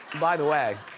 by the way,